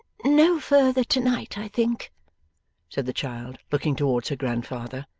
no further to-night, i think said the child, looking towards her grandfather.